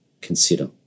consider